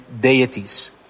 deities